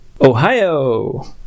Ohio